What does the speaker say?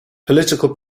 political